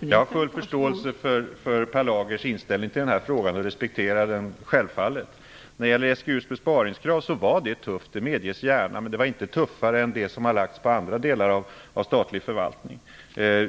Fru talman! Jag har full förståelse för Per Lagers inställning till frågan och respekterar den självfallet. SGU:s besparingskrav var tufft - det medges gärna. Men det var inte tuffare än det som har lagts på andra delar av statlig förvaltning.